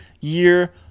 year